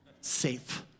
Safe